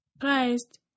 Christ